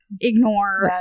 Ignore